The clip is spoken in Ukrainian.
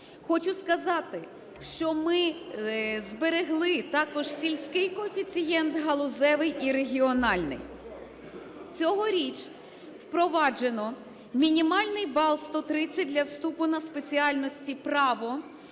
Хочу сказати, що ми зберегли також сільський коефіцієнт, галузевий і регіональний. Цьогоріч впроваджено мінімальний бал 130 для вступу на спеціальності: "Право",